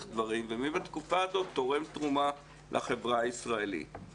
דברים ומי תורם תרומה לחברה הישראלית בתקופה הזאת.